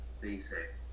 basic